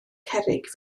cerrig